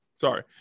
Sorry